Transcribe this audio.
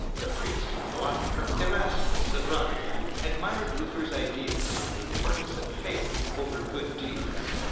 the priest and philosopher erasmus of rotterdam admired luther's ideas on the importance of faith over good deeds.